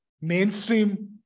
mainstream